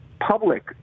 public